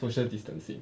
social distancing